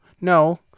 No